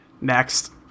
Next